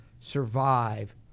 survive